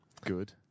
Good